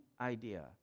idea